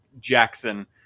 Jackson